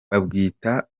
babwita